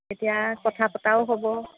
তেতিয়া কথা পতাও হ'ব